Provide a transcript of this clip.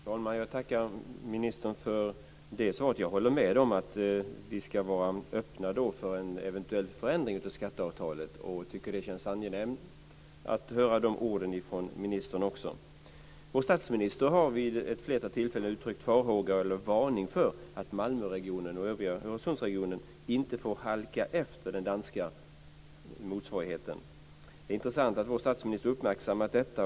Fru talman! Jag tackar ministern för det svaret. Jag håller med om att vi ska vara öppna för en eventuell förändring av skatteavtalet, och jag tycker att det känns angenämt att höra de orden från ministern. Vår statsminister har vid ett flertal tillfällen yttrat en varning för att Malmöregionen och övriga Öresundsregionen inte får halka efter den danska motsvarigheten. Det är intressant att vår statsminister har uppmärksammat detta.